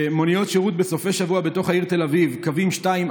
מוניות שירות בסופי שבוע בתוך העיר תל אביב: קווים 2,